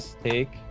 take